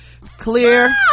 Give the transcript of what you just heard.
clear